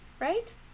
Right